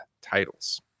titles